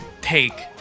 take